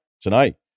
Tonight